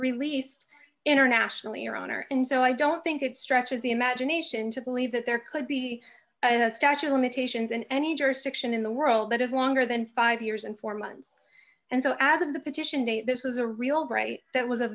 released internationally your honor and so i don't think it stretches the imagination to believe that there could be statue of limitations in any jurisdiction in the world that is longer than five years and four months and so as of the petition day this was a real bright that was a